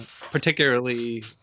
particularly